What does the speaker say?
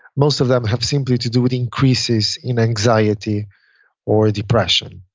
most of them have simply to do with increases in anxiety or depression.